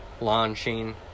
launching